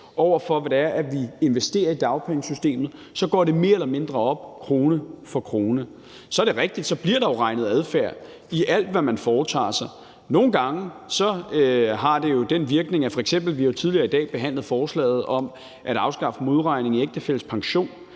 over for hvad vi investerer i dagpengesystemet, så går det mere eller mindre op krone for krone. Så er det jo rigtigt, at der bliver indregnet adfærd i alt, hvad man foretager sig. Vi har jo f.eks. tidligere i dag behandlet forslaget om at afskaffe modregning i ægtefællens pension.